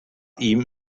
ihm